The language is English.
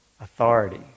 authority